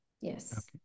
yes